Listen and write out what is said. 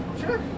sure